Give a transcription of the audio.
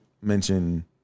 mention